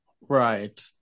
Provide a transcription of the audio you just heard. Right